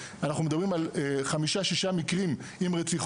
אנחנו מדברים על 5-6 עם רציחות.